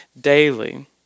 daily